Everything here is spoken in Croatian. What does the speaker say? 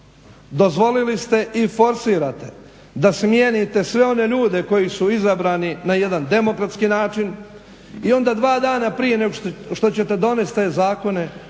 Dozvolili ste i forsirate da smijenite sve one ljude koji su izabrani na jedan demokratski način i onda dva dana prije nego što ćete donesti te zakona